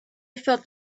felt